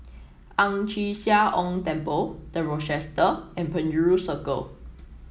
Ang Chee Sia Ong Temple The Rochester and Penjuru Circle